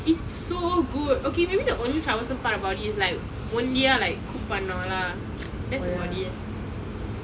it's so good okay maybe the only troublesome part about it is like ஒண்டியாக:ondiya cook பண்ணனும்:pannunom lah that's about it